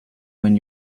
when